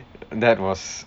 that was